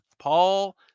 Paul